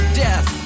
death